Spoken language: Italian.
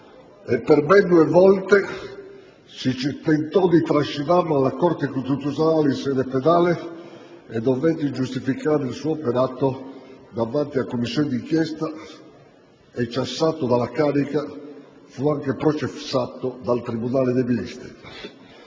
e per ben due volte si tentò di trascinarlo davanti alla Corte costituzionale in sede penale e dovette giustificare il suo operato davanti a Commissioni d'inchiesta e, cessato dalla carica, fu anche processato dal Tribunale dei ministri.